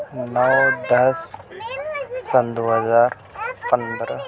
نو دس سن دو ہزار پندرہ